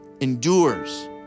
endures